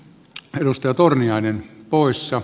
arvostettu puhemies